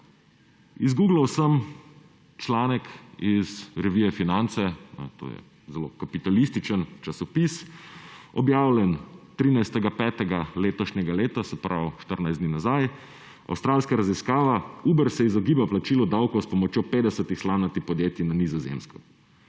Zguglal sem članek iz revije Finance, to je zelo kapitalističen časopis, objavljen 13. 5. letošnjega leta, se pravi 14 dni nazaj, avstralska raziskava Uber se izogiba plačilu davka s pomočjo 50-ih slamnatih podjetij na Nizozemskem.